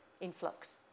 influx